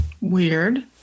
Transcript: weird